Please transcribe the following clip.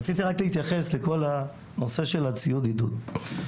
רציתי להתייחס לכל הנושא של הציוד עידוד.